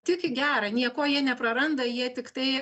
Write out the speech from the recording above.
tik į gera nieko jie nepraranda jie tiktai